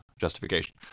justification